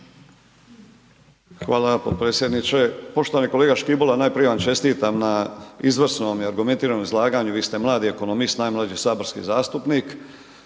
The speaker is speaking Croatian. Hvala potpredsjedniče. Poštovani kolega Škibola najprije vam čestitam na izvrsnom i argumentiranom izlaganju, vi ste mladi ekonomist, najmlađi saborski zastupnik,